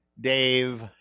Dave